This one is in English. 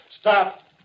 Stop